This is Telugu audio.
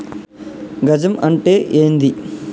గజం అంటే ఏంది?